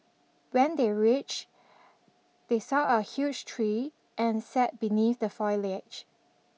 when they reached they saw a huge tree and sat beneath the foliage